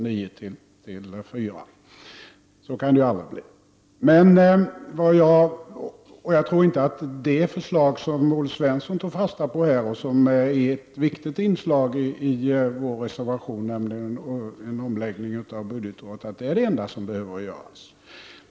9 till kl. 16. Så kan det aldrig bli. Jag tror inte att det förslag som Olle Svensson här tog fasta på, och som är ett viktigt inslag i vår reservation, nämligen en omläggning av budgetåret, är det enda som behöver göras.